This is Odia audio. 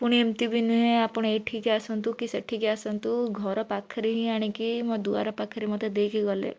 ପୁଣି ଏମିତି ବି ନୁହେଁ ଆପଣ ଏଠିକି ଆସନ୍ତୁ କି ସେଠିକି ଆସନ୍ତୁ ଘର ପାଖରେ ହିଁ ଆଣିକି ମୋ ଦୁଆର ପାଖରେ ମୋତେ ଦେଇକି ଗଲେ